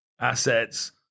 assets –